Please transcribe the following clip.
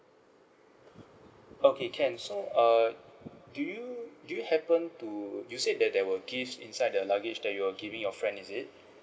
okay can so err do you do you happen to you said that there were gifts inside the luggage that you will giving your friend is it